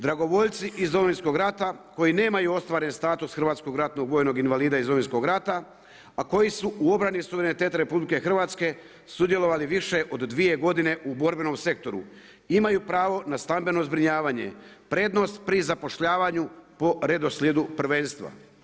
Dragovoljci iz Domovinskog rata koji nemaju ostvaren status hrvatskog ratnog invalida iz Domovinskog rata, a koji su u obrani suvereniteta RH sudjelovali više od 2 godine u borbenom sektoru, imaju pravo na stambeno zbrinjavanje, prednost pri zapošljavanju po redoslijedu prvenstva.